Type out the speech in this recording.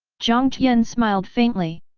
jiang tian smiled faintly.